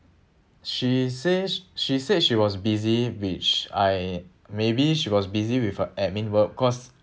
she says she said she was busy which I maybe she was busy with her admin work cause